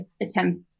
attempt